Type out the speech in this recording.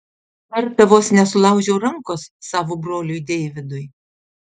kartą vos nesulaužiau rankos savo broliui deividui